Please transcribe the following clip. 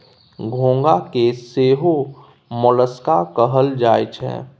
घोंघा के सेहो मोलस्क कहल जाई छै